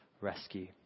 rescue